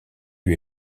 lui